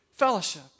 fellowship